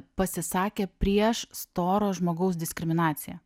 pasisakė prieš storo žmogaus diskriminaciją